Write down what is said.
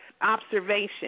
observation